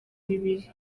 bibiri